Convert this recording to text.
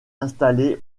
installée